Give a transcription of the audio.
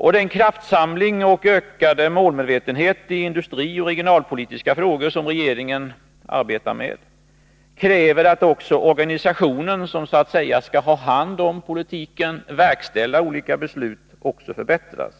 Regeringens kraftsamling och ökade målmedvetenhet i arbetet med de industrioch regionalpolitiska frågorna kräver att också organisationen som skall ha hand om politiken, verkställa olika beslut, förbättras.